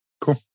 Cool